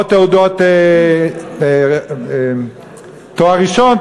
או תעודות תואר ראשון,